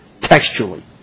textually